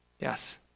Yes